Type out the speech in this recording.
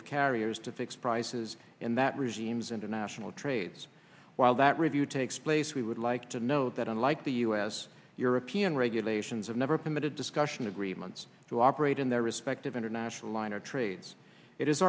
of carriers to fix prices and that regimes in national trades while that review takes place we would like to note that unlike the us european regulations of never permitted discussion agreements to operate in their respective international line or trades it is